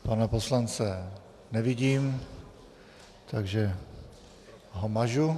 Pana poslance nevidím, takže ho mažu.